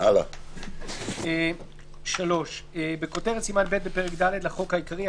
כותרת סימן ב' בפרק ד' 3. בכותרת סימן ב' בפרק ד' לחוק העיקרי,